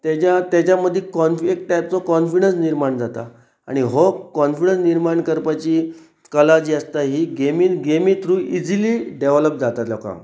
तेज्या तेज मदी कॉनफ्लिक्ट एक टायपचो कॉन्फिडन्स निर्माण जाता आनी हो काॉन्फिडन्स निर्माण करपाची कला जी आसता ही गेमी गेमी थ्रू इजिली डेवलप जाता लोकांक